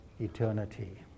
eternity